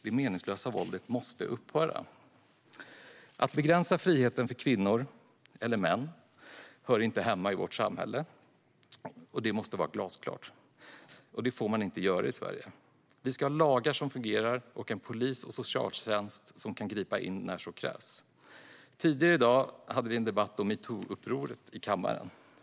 Det meningslösa våldet måste upphöra. Att begränsa friheten för kvinnor eller män hör inte hemma i vårt samhälle, och därför måste vårt svar vara glasklart: Det får man inte göra i Sverige. Vi ska ha lagar som fungerar och en polis och socialtjänst som kan gripa in när så krävs. Tidigare i dag var det debatt om metoo-uppropet i kammaren.